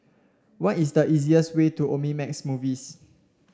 what is the easiest way to Omnimax Movies